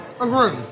agreed